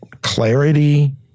clarity